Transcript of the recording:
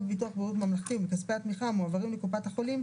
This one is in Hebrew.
ביטוח בריאות ממלכתי ומכספי התמיכה המועברים לקופת החולים,